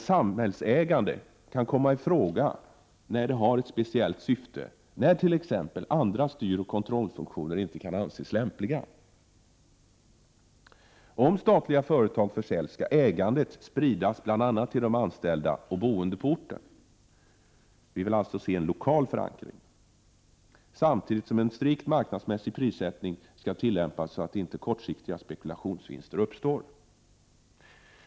Samhällsägande kan komma i fråga då detta har ett speciellt syfte, t.ex. då andra styroch kontrollfunktioner inte kan anses lämpliga. Om statliga företag försäljs skall ägandet spridas bl.a. till de anställda och de boende på orten. Vi vill alltså se en lokal förankring samtidigt som en strikt marknadsmässig prissättning skall tillämpas så att inte kortsiktiga spekulationsvinster uppstår.